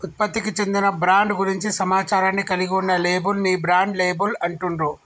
ఉత్పత్తికి చెందిన బ్రాండ్ గురించి సమాచారాన్ని కలిగి ఉన్న లేబుల్ ని బ్రాండ్ లేబుల్ అంటుండ్రు